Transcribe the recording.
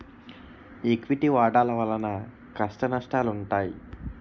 equity వాటాల వలన కష్టనష్టాలుంటాయి